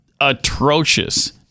atrocious